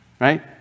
right